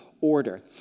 order